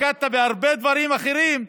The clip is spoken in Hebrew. התמקדת בהרבה דברים אחרים,